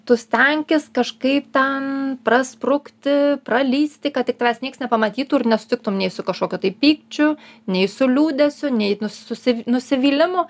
tu stenkis kažkaip ten prasprukti pralįsti kad tik tavęs nieks nepamatytų ir nesutiktum nei su kažkokiu tai pykčiu nei su liūdesiu nei nususi nusivylimu